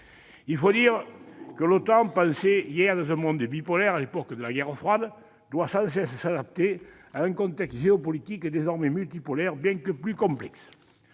Il faut dire que l'OTAN, pensée hier dans un monde bipolaire, à l'époque de la guerre froide, doit sans cesse s'adapter à un contexte géopolitique désormais multipolaire bien plus complexe.